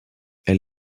elle